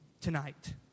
tonight